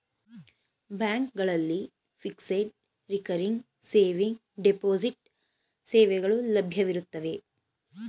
ಬ್ಯಾಂಕ್ಗಳಲ್ಲಿ fixed, recurring saving, deposit ಸೇವೆಗಳು ಲಭ್ಯವಿರುತ್ತವೆ